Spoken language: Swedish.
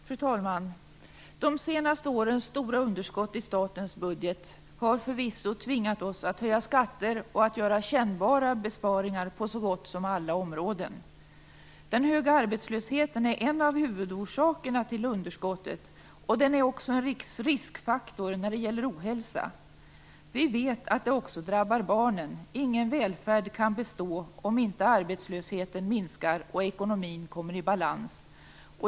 Fru talman! De senaste årens stora underskott i statens budget har förvisso tvingat oss att höja skatter och att göra kännbara besparingar på så gott som alla områden. Den höga arbetslösheten är en av huvudorsakerna till underskottet. Den är också en riskfaktor när det gäller ohälsa. Vi vet att det också drabbar barnen. Ingen välfärd kan bestå om inte arbetslösheten minskar och ekonomin kommer i balans.